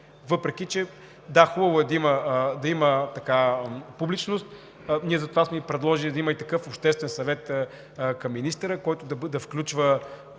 Въпреки че, да, хубаво е да има публичност – ние затова сме предложили да има и такъв обществен съвет към министъра, който да включва